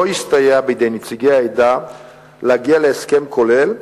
הסתייע בידי נציגי העדה להגיע להסכם כולל,